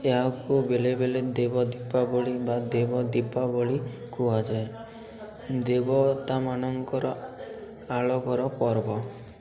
ଏହାକୁ ବେଲେ ବେଲେ ଦେବ ଦୀପାବଳି ବା ଦେବ ଦୀପାବଳି କୁହାଯାଏ ଦେବତାମାନଙ୍କର ଆଲୋକର ପର୍ବ